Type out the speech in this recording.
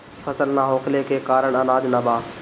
फसल ना होखले के कारण अनाज ना बा